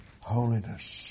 holiness